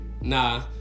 Nah